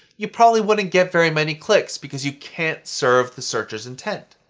you probably wouldn't get very many clicks because you can't serve the searcher's intent.